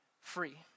free